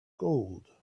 gold